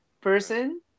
person